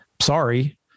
Sorry